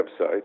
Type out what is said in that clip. website